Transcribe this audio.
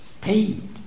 paid